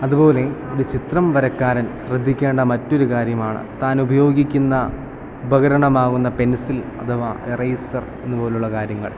അതുപോലെ ഒരു ചിത്രം വരക്കാരൻ ശ്രദ്ധിക്കേണ്ട മറ്റൊരു കാര്യമാണ് താൻ ഉപയോഗിക്കുന്ന ഉപകരണമാവുന്ന പെൻസിൽ അഥവാ എറൈസർ അതുപോലുള്ള കാര്യങ്ങൾ